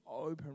open